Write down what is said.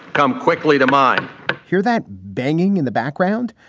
come quickly to mind here that banging in the background,